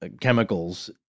chemicals